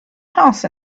house